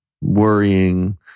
worrying